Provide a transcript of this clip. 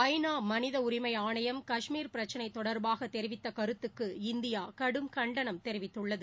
ஐ நா மனித உரிமை ஆணையம் கஷ்மீர் பிரச்சினை தொடர்பாக தெரிவித்த கருத்துக்கு இந்தியா கடும் கண்டனம் தெரிவித்துள்ளது